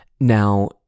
Now